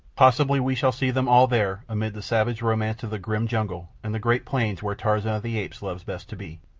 possibly we shall see them all there amid the savage romance of the grim jungle and the great plains where tarzan of the apes loves best to be.